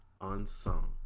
Unsung